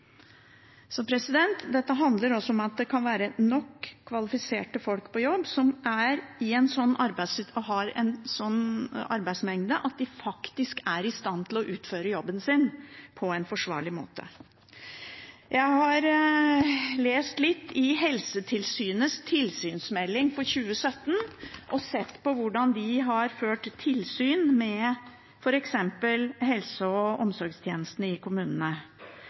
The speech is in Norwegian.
Dette handler også om at det må være nok kvalifiserte folk på jobb, at arbeidsmengden er slik at de faktisk er i stand til å utføre jobben sin på en forsvarlig måte. Jeg har lest litt i Helsetilsynets tilsynsmelding for 2017 og sett hvordan de har ført tilsyn med f.eks. helse- og omsorgstjenestene i kommunene.